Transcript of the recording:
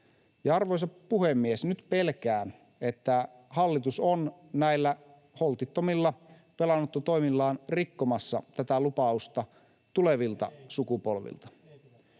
Arvoisa puhemies! Nyt pelkään, että hallitus on näillä holtittomilla velanottotoimillaan rikkomassa tätä lupausta tulevilta sukupolvilta.